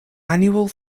annual